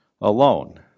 alone